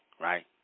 right